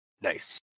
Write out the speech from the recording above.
Nice